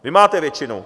Vy máte většinu!